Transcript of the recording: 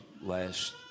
Last